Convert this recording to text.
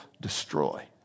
destroy